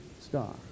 star